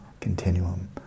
continuum